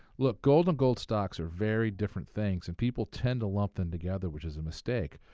look, gold and gold stocks are very different things and people tend to lump them together, which is a mistake.